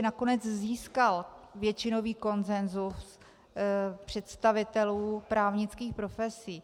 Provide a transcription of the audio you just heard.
Nakonec získal většinový konsensus představitelů právnických profesí.